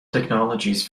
technologies